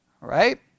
right